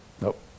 nope